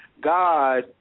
God